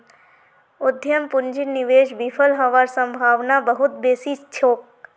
उद्यम पूंजीर निवेश विफल हबार सम्भावना बहुत बेसी छोक